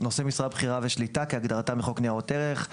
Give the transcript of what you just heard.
"נושא משרה בכירה" ו"שליטה" כהגדרתם בחוק ניירות ערך;